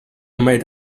made